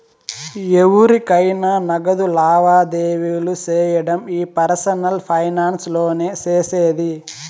ఎవురికైనా నగదు లావాదేవీలు సేయడం ఈ పర్సనల్ ఫైనాన్స్ లోనే సేసేది